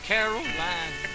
Caroline